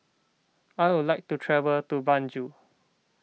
I would like to travel to Banjul